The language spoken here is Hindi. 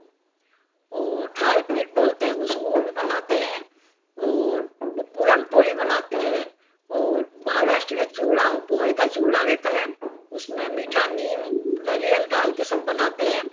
और थाल पीट बोलते हैं उसको वह बनाते हैं और पूरण पोली बनाते हैं और महारष्ट्र एक चुड़ा पोहे का चूड़ा देता है उसमें मीठा नीम नरियल डाल कर सब बनाते हैं